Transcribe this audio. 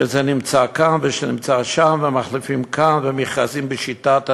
שזה נמצא כאן וזה נמצא שם והמחלפים כאן והמכרזים בשיטת ה-DB,